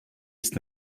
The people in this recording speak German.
ist